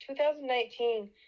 2019